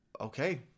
okay